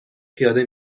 پیاده